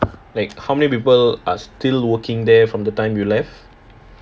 like how many people are still working there from the time you left